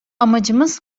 amacımız